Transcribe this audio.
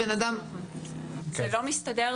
זה לא מסתדר.